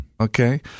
Okay